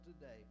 today